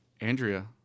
Andrea